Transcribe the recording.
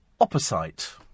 Opposite